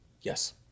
Yes